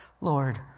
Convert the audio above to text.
Lord